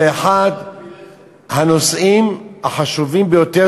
זה אחד הנושאים החשובים ביותר,